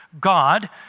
God